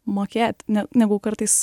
mokėt ne negu kartais